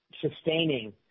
sustaining